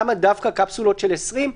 למה דווקא קפסולות של 20,